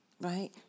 Right